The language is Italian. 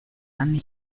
anni